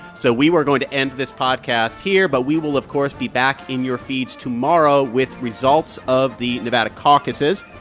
so we are going to end this podcast here, but we will, of course, be back in your feeds tomorrow with results of the nevada caucuses.